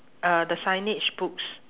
uh the signage books